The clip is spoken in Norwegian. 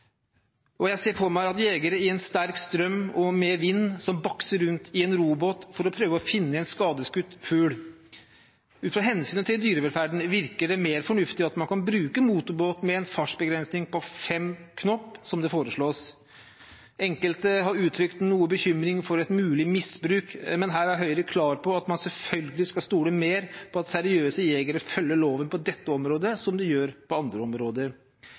jeg ser for meg jegere i sterk strøm og vind som bakser rundt i en robåt for å prøve å finne en skadeskutt fugl. Ut fra hensynet til dyrevelferden virker det mer fornuftig at man kan bruke motorbåt med en fartsbegrensning på 5 knop, som det foreslås. Enkelte har uttrykt noe bekymring for et mulig misbruk, men her er Høyre klar på at man selvfølgelig skal stole på at seriøse jegere følger loven på dette området, slik de også gjør på andre områder.